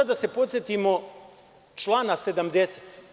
Da se podsetimo člana 70.